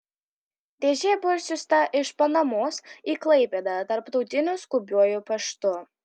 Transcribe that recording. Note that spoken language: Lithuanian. dėžė buvo išsiųsta iš panamos į klaipėdą tarptautiniu skubiuoju paštu